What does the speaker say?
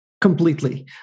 Completely